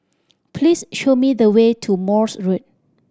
please show me the way to Morse Road